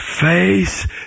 face